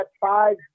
five